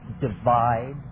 divide